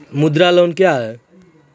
मुद्रा लोन क्या हैं?